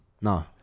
no